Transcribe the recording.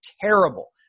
terrible